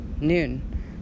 noon